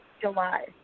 July